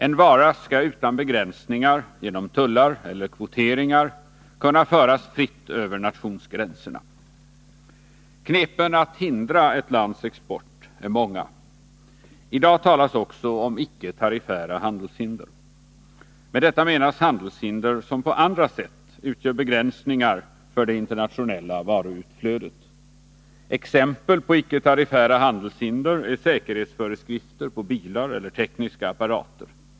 En vara skall utan begränsningar genom tullar eller kvoteringar kunna föras fritt över nationsgränserna. Knepen att hindra ett lands export är många. I dag talas också om icke-tariffära handelshinder. Med detta menas handelshinder som på andra sätt utgör begränsningar för det internationella varuflödet. Exempel på icke-tariffära handelshinder är säkerhetsföreskrifter på bilar eller tekniska apparater.